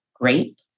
grape